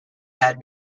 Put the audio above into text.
had